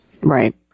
Right